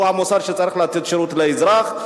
שהוא המוסד שצריך לתת שירות לאזרח.